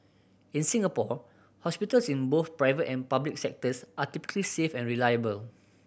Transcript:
in Singapore hospitals in both private and public sectors are typically safe and reliable